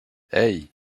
hey